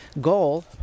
goal